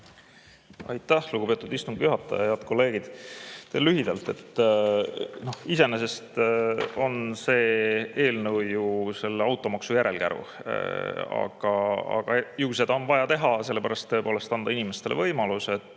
Aitäh, lugupeetud istungi juhataja! Head kolleegid! Teen lühidalt. Iseenesest on see eelnõu automaksu järelkäru, aga ju seda on vaja teha selleks, et tõepoolest anda inimestele võimalus